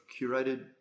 Curated